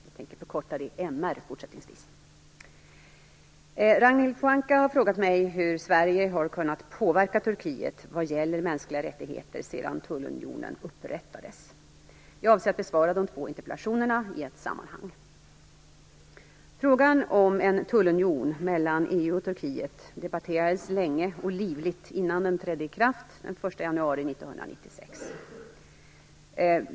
Jag tänker förkorta det "MR" Ragnhild Pohanka har frågat mig hur Sverige har kunnat påverka Turkiet vad gäller mänskliga rättigheter sedan tullunionen upprättades. Jag avser att besvara de två interpellationerna i ett sammanhang. Frågan om en tullunion mellan EU och Turkiet debatterades länge och livligt innan den trädde i kraft den 1 januari 1996.